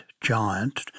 giant